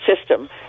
system